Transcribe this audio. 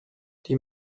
die